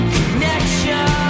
connection